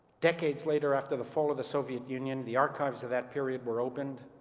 decades later, after the fall of the soviet union, the archives of that period were opened,